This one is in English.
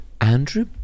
Andrew